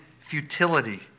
futility